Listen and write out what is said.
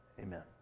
amen